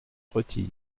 retire